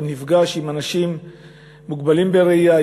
או נפגשים עם אנשים מוגבלים בראייה,